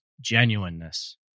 genuineness